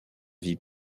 vie